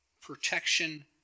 protection